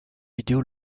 vidéo